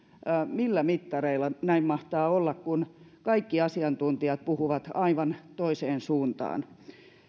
millä mittareilla näin mahtaa olla kun kaikki asiantuntijat puhuvat aivan toiseen suuntaan